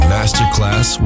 Masterclass